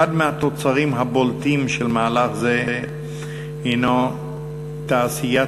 אחד מהתוצרים הבולטים של מהלך זה הנו תעשיית